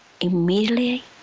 immediately